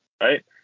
right